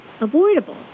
avoidable